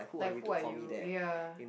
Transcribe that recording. like who are you ya